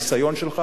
את הניסיון שלך,